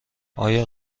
آیا